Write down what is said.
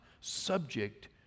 subject